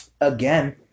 again